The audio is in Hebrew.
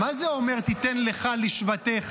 מה זה אומר "תתן לך לשבטיך"?